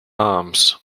arms